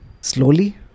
Slowly